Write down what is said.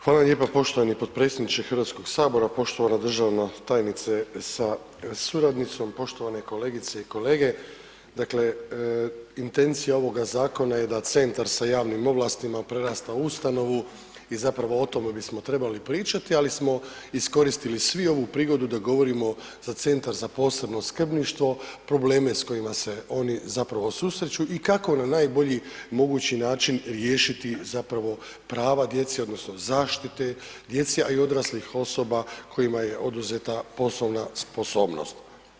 Hvala lijepo poštovani potpredsjedniče HS, poštovana državna tajnice sa suradnicom, poštovane kolegice i kolege, dakle intencija ovoga zakona je da centar sa javnim ovlastima prerasta u ustanovu i zapravo o tome bismo trebali pričati, ali smo iskoristili svi ovu prigodu da govorimo za Centar za posebno skrbništvo, probleme s kojima se oni zapravo susreću i kako na najbolji mogući način riješiti zapravo prava djece odnosno zaštite djece, a i odraslih osoba kojima je oduzeta poslovna sposobnost.